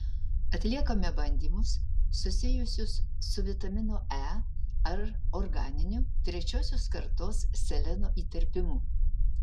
atliekame bandymus susijusius su vitamino e ar organiniu trečiosios kartos seleno įterpimu